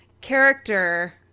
character